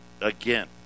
again